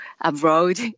abroad